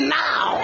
now